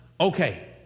okay